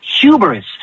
hubris